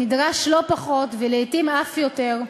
נדרש לא פחות, ולעתים אף יותר,